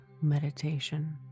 Meditation